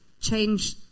change